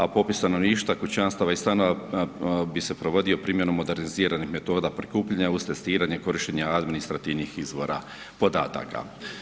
A popis stanovništva, kućanstava i stanova bi se provodio primjenom moderniziranih metoda prikupljanja uz testiranje, korištenje administrativnih izvora podataka.